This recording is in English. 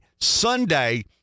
Sunday